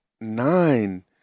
nine